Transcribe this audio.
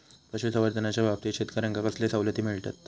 पशुसंवर्धनाच्याबाबतीत शेतकऱ्यांका कसले सवलती मिळतत?